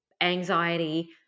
anxiety